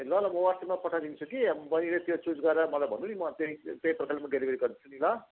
ए ल ल म वाट्सएपमा पठाइदिन्छु कि अब बहिनीले त्यो चुज गरेर मलाई भन्नु नि म त्यहीँ त्यहीँ प्रकारमा डेलिभरी गरिदिन्छु नि ल